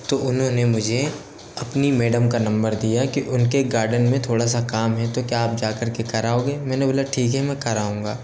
तो उन्होंने मुझे अपनी मेडम का नम्बर दिया कि उन के गार्डन में थोड़ा सा काम है तो क्या आप जा कर के कर आओगे मैंने बोला ठीक है मैं कर आऊँगा